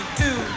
two